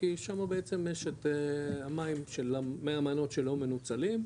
כי שמה בעצם יש את מי המעיינות שלא מנוצלים,